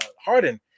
Harden